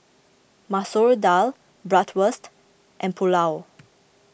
Masoor Dal Bratwurst and Pulao